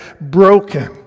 broken